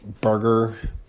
burger